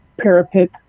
parapet